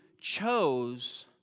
chose